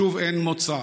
שוב אין מוצא.